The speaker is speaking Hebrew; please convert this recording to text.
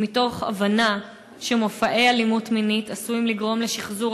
ומתוך הבנה שמופעי אלימות מינית עשויים לגרום לשחזור